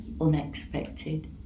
unexpected